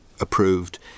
approved